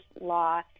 law